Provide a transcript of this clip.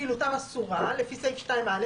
שפעילותם אסורה לפי סעיף 2(א)